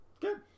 good